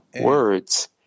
words